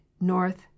north